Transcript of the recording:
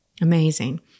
Amazing